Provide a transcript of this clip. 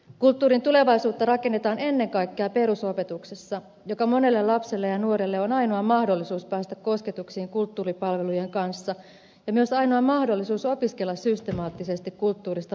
kulttuurin tulevaisuutta rakennetaan ennen kaikkea perusopetuksessa joka monelle lapselle ja nuorelle on ainoa mahdollisuus päästä kosketuksiin kulttuuripalvelujen kanssa ja myös ainoa mahdollisuus opiskella systemaattisesti kulttuurista lukutaitoa